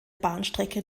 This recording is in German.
bahnstrecke